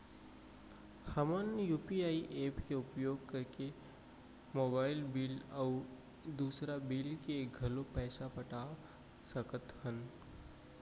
हमन UPI app के उपयोग करके मोबाइल बिल अऊ दुसर बिल के घलो पैसा पटा सकत हन